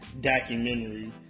documentary